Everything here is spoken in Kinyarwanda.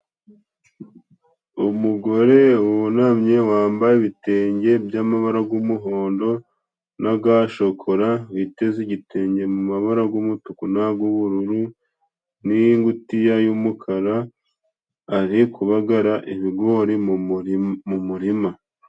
Umugore wunamye wambaye ibitenge by'amabara g'umuhondo n'aga shokora, witeze igitenge mu mabara g'umutuku n'ag'ubururu n'ingutiya y'umukara, ari kubagara ibigori mu murima.